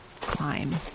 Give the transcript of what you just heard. climb